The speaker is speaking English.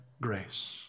grace